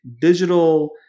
digital